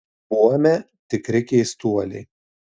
buome tikri keistuoliai